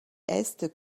est